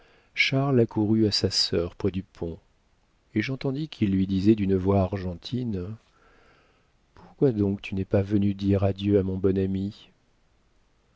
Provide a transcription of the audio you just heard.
charles accourut à sa sœur près du pont et j'entendis qu'il lui disait d'une voix argentine pourquoi donc que tu n'es pas venue dire adieu à mon bon ami